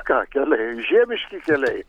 ką keliai žiemiški keliai